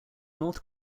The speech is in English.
north